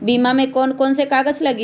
बीमा में कौन कौन से कागज लगी?